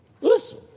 listen